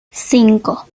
cinco